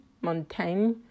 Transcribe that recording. Montaigne